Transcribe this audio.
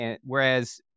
Whereas